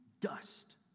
dust